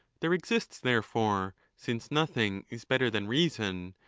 there exists, therefore, since nothing is better than reason,